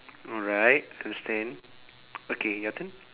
alright understand okay your turn